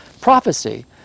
prophecy